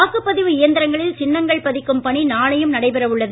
வாக்குப்பதிவு இயந்திரங்களில் சின்னங்கள் பதிக்கும் பணி நாளையும் நடைபெற உள்ளது